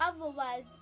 otherwise